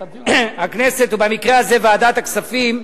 ובמקרה הזה ועדת הכספים,